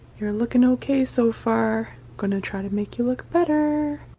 you're looking okay so far gonna try to make you look better. ah,